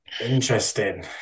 Interesting